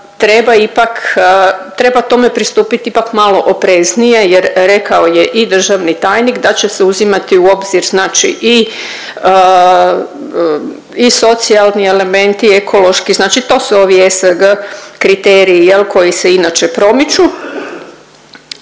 treba tome pristupiti ipak malo opreznije jer rekao je i državni tajnik da će se uzimati u obzir znači i socijalni elementi, ekološki, znači to su ovi ESG kriteriji, je li, koji se inače promiču.